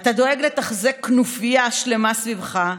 אתה דואג לתחזק כנופיה שלמה סביבך,